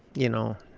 you know,